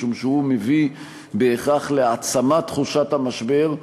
משום שהוא מביא בהכרח להעצמת תחושת המשבר,